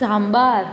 sambar